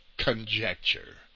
conjecture